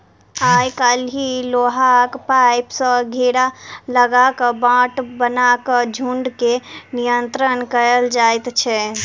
आइ काल्हि लोहाक पाइप सॅ घेरा लगा क बाट बना क झुंड के नियंत्रण कयल जाइत छै